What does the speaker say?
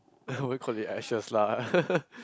I won't call it ashes lah